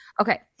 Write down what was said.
Okay